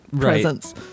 presence